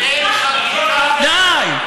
די.